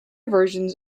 versions